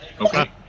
Okay